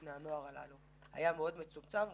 לבני הנוער האלה היה מאוד מצומצם.